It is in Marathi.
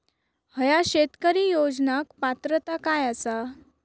हया सरकारी योजनाक पात्रता काय आसा?